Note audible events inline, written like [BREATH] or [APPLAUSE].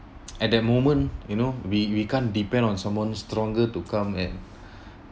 [NOISE] at that moment you know we we can't depend on someone stronger to come and [BREATH]